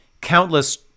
countless